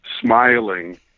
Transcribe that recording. smiling